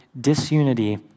disunity